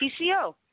PCO